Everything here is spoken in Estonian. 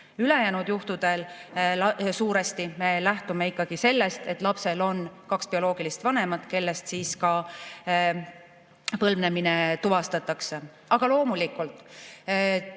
Ülejäänud juhtudel suuresti me lähtume ikkagi sellest, et lapsel on kaks bioloogilist vanemat, kellest põlvnemine tuvastatakse. Aga loomulikult